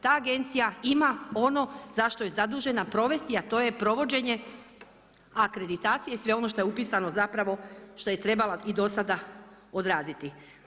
Ta Agencija ima ono za što je zadužena provesti a to je provođenje akreditacije i sve ono što je upisano zapravo što je trebala i do sada odraditi.